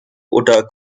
oder